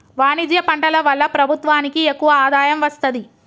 వాణిజ్య పంటల వల్ల ప్రభుత్వానికి ఎక్కువ ఆదాయం వస్తది